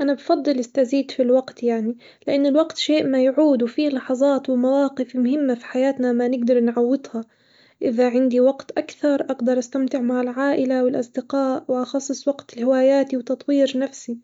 أنا بفضل استزيد في الوقت يعني لإن الوقت شئ ما يعود، وفي لحظات ومواقف مهمة في حياتنا ما نجدر نعوضها، إذا عندي وقت أكثر أقدر أستمتع مع العائلة والأصدقاء وأخصص وقت لهواياتي وتطوير نفسي،